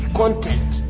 content